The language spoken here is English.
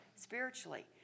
spiritually